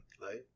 right